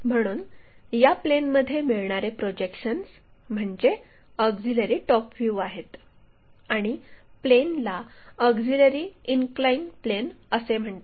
म्हणून या प्लेनमध्ये मिळणारे प्रोजेक्शन्स म्हणजे ऑक्झिलिअरी टॉप व्ह्यू आहेत आणि प्लेनला ऑक्झिलिअरी इनक्लाइन प्लेन असे म्हणतात